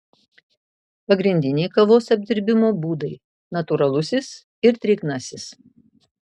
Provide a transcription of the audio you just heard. pagrindiniai kavos apdirbimo būdai natūralusis ir drėgnasis